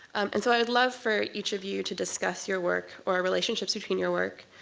and so i would love for each of you to discuss your work, or relationships between your work,